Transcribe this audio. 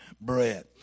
bread